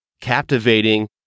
captivating